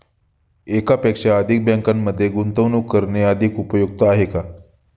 एकापेक्षा अधिक बँकांमध्ये गुंतवणूक करणे अधिक उपयुक्त आहे का?